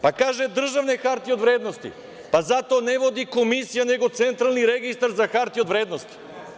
Pa kaže - državne hartije od vrednosti, pa zato ne vodi komisija nego Centralni registar za hartije od vrednosti.